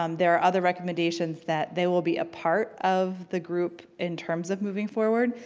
um there are other recommendations that they will be a part of the group in terms of moving forward,